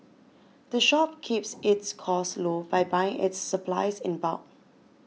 the shop keeps its costs low by buying its supplies in bulk